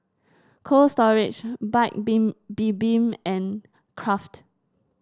Cold Storage Paik Been Bibim and Kraft